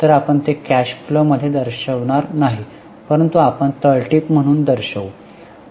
तर आपण ते कॅश फ्लो मध्ये दर्शविणार नाही परंतु आपण तळटीप म्हणून दर्शवू